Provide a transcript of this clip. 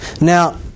Now